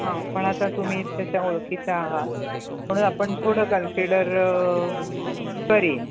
हां पण आता तुम्ही त्याच्या ओळखीच्या आहात म्हणून आपण थोडं कन्सिडर करीन